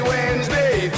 Wednesday